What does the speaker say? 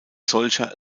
solcher